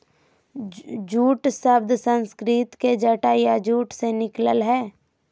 jute शब्द संस्कृत के जटा या जूट से निकलल हइ